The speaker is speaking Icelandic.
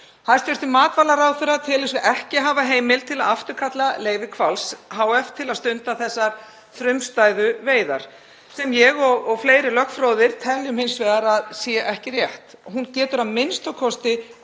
Hæstv. matvælaráðherra telur sig ekki hafa heimild til að afturkalla leyfi Hvals hf. til að stunda þessar frumstæðu veiðar sem ég og fleiri lögfróðir teljum hins vegar að sé ekki rétt. Hún getur a.m.k.